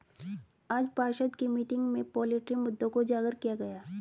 आज पार्षद की मीटिंग में पोल्ट्री मुद्दों को उजागर किया गया